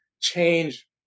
change